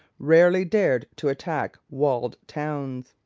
rarely dared to attack walled towns.